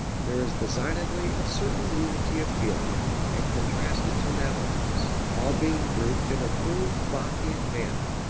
there is designedly a certain unity of feeling and contrasted tonalities, all being grouped in approved bach-ian manner.